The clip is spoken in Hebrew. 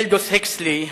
אלדוס הקסלי,